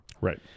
Right